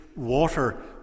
water